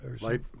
Light